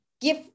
give